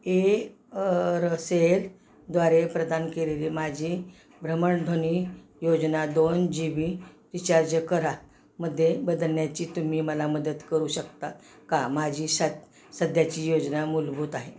Aircel द्वारे प्रदान केलेली माझी भ्रमणध्वनी योजना दोन जीबी रिचार्ज करा मध्ये बदलण्याची तुम्ही मला मदत करू शकता का माझी स सध्याची योजना मूलभूत आहे